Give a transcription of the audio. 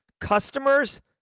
customers